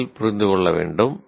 செயல் புரிந்து கொள்ள வேண்டும்